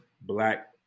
black